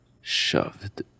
shoved